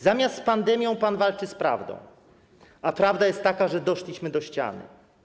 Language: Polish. Zamiast z pandemią pan walczy z prawdą, a prawda jest taka, że doszliśmy do ściany.